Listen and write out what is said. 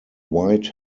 white